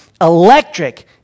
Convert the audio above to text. electric